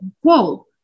whoa